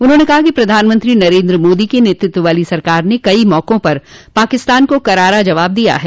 उन्होंने कहा कि प्रधानमंत्री नरेंद्र मोदी के नेतृत्व वाली सरकार ने कई मौकों पर पाकिस्तान को करारा जवाब दिया है